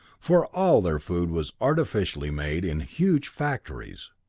for all their food was artificially made in huge factories.